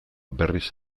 berriz